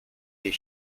les